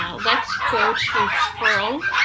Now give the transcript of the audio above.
um let's go to pearl.